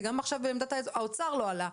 זה גם עכשיו בעמדת האוצר לא עלה,